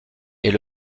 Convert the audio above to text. est